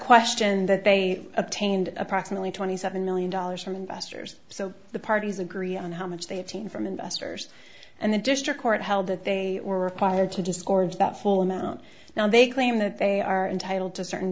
question that they obtained approximately twenty seven million dollars from investors so the parties agree on how much they had seen from investors and the district court held that they were required to disgorge that full amount now they claim that they are entitled to certain